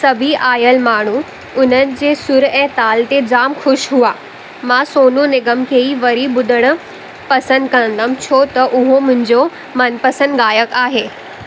सभी आयल माण्हू उन्हनि जे सुरु ऐं ताल ते जाम ख़ुशि हुआ मां सोनू निगम खे ई वरी ॿुधणु पसंदि कंदमि छो त उहो मुंहिंजो मनपसंदि गायक आहे